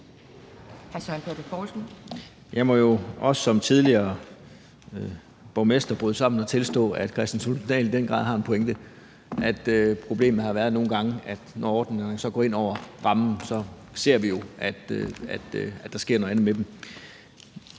Jeg må jo også som tidligere borgmester bryde sammen og tilstå, at hr. Kristian Thulesen Dahl i den grad har en pointe, nemlig at problemet nogle gange har været, at når ordningerne så går ind over rammen, så ser vi jo, at der sker noget andet med dem.